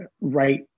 right